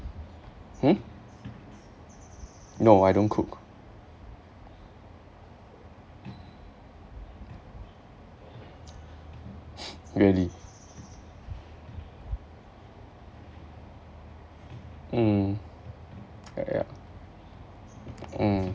hmm no I don't cook really mm ya ya mm